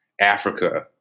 Africa